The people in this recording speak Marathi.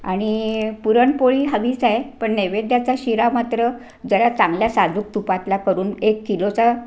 आणि पुरणपोळी हवीच आहे पण नैवेद्याचा शिरा मात्र जरा चांगल्या साजूक तुपातला करून एक किलोचा